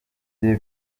bye